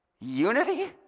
Unity